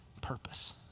purpose